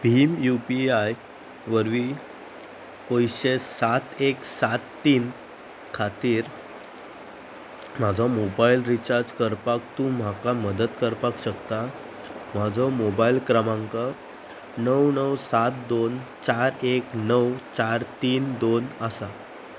Bhim U P I वरवीं पयशे सात एक सात तीन खातीर म्हाजो मोबायल रिचार्ज करपाक तूं म्हाका मदत करपाक शकता म्हजो मोबायल क्रमांक णव णव सात दोन चार एक णव चार तीन दोन आसा